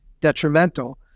detrimental